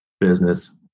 business